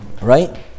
Right